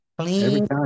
Clean